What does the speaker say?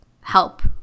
help